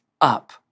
up